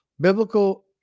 biblical